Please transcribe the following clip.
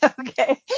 Okay